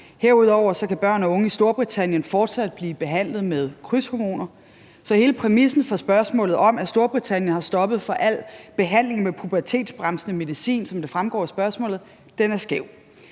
Herudover kan børn og unge i Storbritannien fortsat blive behandlet med krydshormoner. Så hele præmissen for spørgsmålet om, at Storbritannien har stoppet for al behandling med pubertetsbremsende medicin, er skæv.